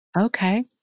Okay